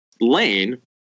lane